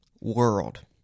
world